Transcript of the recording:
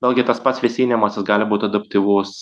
vėlgi tas pats vėsinimas jis gali būt adaptyvus